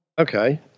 Okay